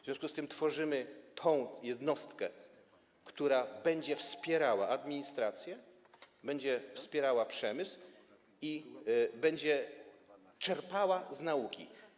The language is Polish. W związku z tym tworzymy tę jednostkę, która będzie wspierała administrację, będzie wspierała przemysł i będzie czerpała z nauki.